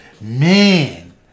man